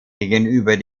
gegenüber